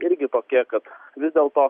irgi tokie kad vis dėlto